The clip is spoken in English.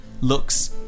looks